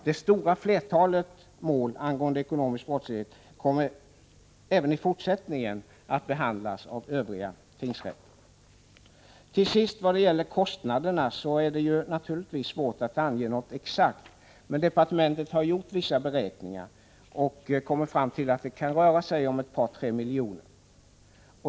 Det stora flertalet mål angående ekonomisk brottslighet kommer även i fortsättningen att behandlas i övriga tingsrätter. Till sist vad gäller kostnaderna: Det är svårt att ange någon exakt siffra, men departementet har beräknat att det kan röra sig om ett par tre miljoner.